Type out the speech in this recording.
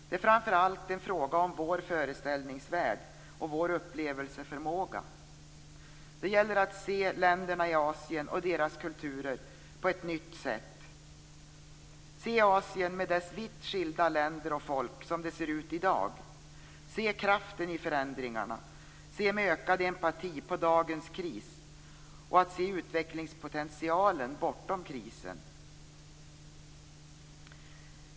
Det är framför allt en fråga om vår föreställningsvärld och vår upplevelseförmåga. Det gäller att se länderna i Asien och deras kulturer på ett nytt sätt, att se Asien med dess vitt skilda länder och folk som det ser ut i dag, se kraften i förändringarna, se med ökad empati på dagens kris och se utvecklingspotentialen bortom krisen.